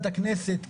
לוועדת הכנסת,